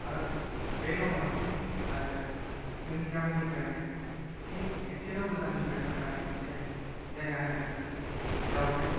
आरो बेल' नङा आरो जोंनि गामिनिफ्राय जि एसेल' गोजाननिफ्राय थांनानै मोनसे जायगा होनो दाउजें